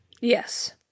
Yes